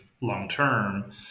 long-term